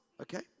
Okay